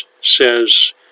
says